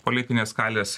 politinės skalės